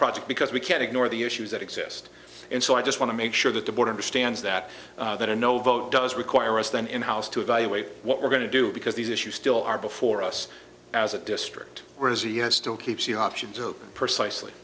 project because we can't ignore the issues that exist and so i just want to make sure that the border stands that that a no vote does require us then in house to evaluate what we're going to do because these issues still are before us as a district where as he has still keeps the options open p